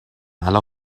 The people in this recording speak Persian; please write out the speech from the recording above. الان